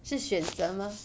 是选的吗